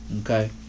Okay